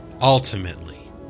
ultimately